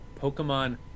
Pokemon